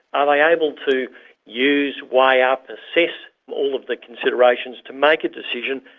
are they able to use, weigh up, assess all of the considerations to make a decision?